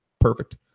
perfect